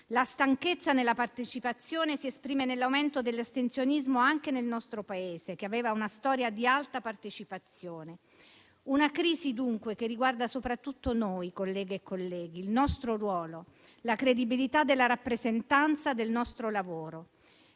La stanchezza nella partecipazione si esprime nell'aumento dell'astensionismo anche nel nostro Paese che aveva una storia di alta partecipazione. È una crisi, dunque, che riguarda soprattutto noi, colleghe e colleghi, il nostro ruolo, la credibilità della rappresentanza e del nostro lavoro.